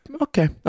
Okay